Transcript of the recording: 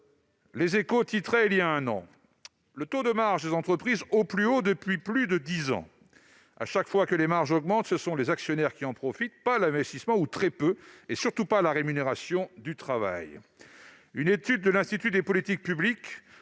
en 2022 ! titraient voilà un an :« Le taux de marge des entreprises au plus haut depuis plus de dix ans ». Or, chaque fois que les marges augmentent, ce sont les actionnaires qui en profitent et non pas l'investissement, ou alors très peu, et surtout pas la rémunération du travail. Dans une étude datée de 2019, l'Institut des politiques publiques